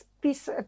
piece